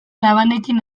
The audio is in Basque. labanekin